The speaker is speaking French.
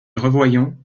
revoyant